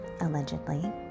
allegedly